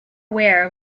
aware